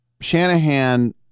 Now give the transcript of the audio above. Shanahan